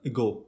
go